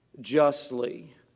justly